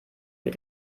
mit